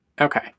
Okay